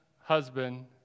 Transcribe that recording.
husband